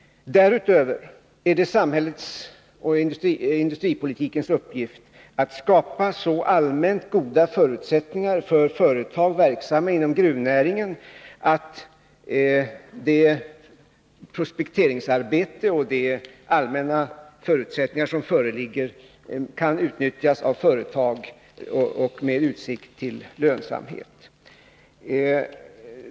Därutöver är det samhällets och industripolitikens uppgift att skapa så allmänt goda förutsättningar för företag verksamma inom gruvnäringen, att det prospekteringsarbete och de allmänna förutsättningar som föreligger kan utnyttjas av företag och med utsikt till lönsamhet.